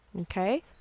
okay